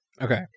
Okay